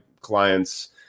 clients